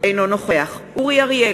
אינו נוכח אורי אריאל,